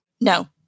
No